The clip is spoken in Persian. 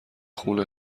خونه